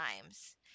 times